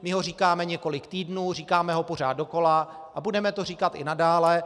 My ho říkáme několik týdnů, říkáme ho pořád dokola a budeme to říkat i nadále.